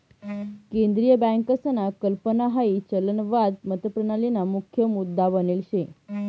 केंद्रीय बँकसना कल्पना हाई चलनवाद मतप्रणालीना मुख्य मुद्दा बनेल शे